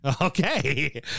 Okay